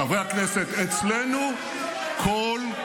חברת הכנסת עאידה תומא סלימאן, קריאה ראשונה.